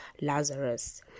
Lazarus